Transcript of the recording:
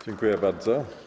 Dziękuję bardzo.